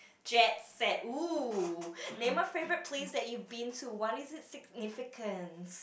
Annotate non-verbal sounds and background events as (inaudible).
jet set (noise) name a favourite place that you've been to what is it's significance